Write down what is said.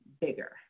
bigger